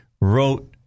wrote